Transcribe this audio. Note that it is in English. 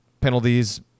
penalties